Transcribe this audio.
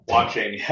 Watching